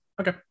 Okay